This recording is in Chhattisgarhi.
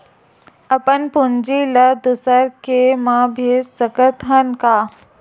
अपन पूंजी ला दुसर के मा भेज सकत हन का?